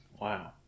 Wow